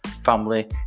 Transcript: family